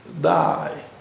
die